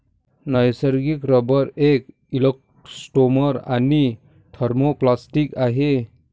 नैसर्गिक रबर एक इलॅस्टोमर आणि थर्मोप्लास्टिक आहे